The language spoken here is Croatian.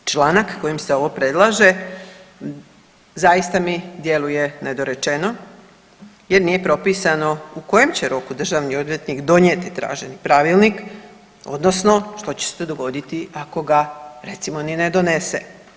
Međutim, članak kojim se ovo predlaže zaista mi djeluje nedorečeno jer nije propisano u kojem će roku državni odvjetnik donijeti traženi pravilnik odnosno što će se dogoditi ako ga recimo ni ne donese.